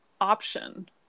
option